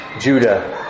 Judah